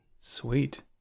Sweet